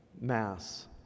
Mass